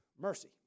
mercy